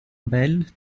belle